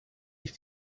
ich